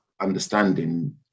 understanding